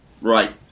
right